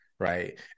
right